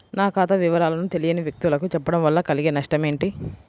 నా ఖాతా వివరాలను తెలియని వ్యక్తులకు చెప్పడం వల్ల కలిగే నష్టమేంటి?